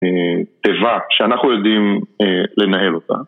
תיבה שאנחנו יודעים לנהל אותה